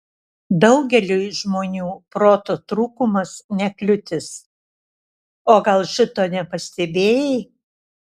daugeliui žmonių proto trūkumas ne kliūtis o gal šito nepastebėjai